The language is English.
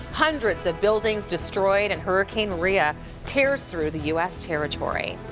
hundreds of buildings destroyed and hurricane maria tears through the u s. territory.